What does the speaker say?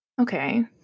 okay